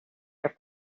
your